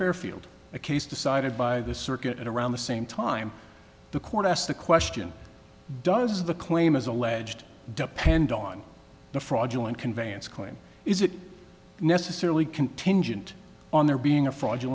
fairfield a case decided by the circuit around the same time the court asked the question does the claim as alleged depend on the fraudulent conveyance claim is it necessarily contingent on there being a fraud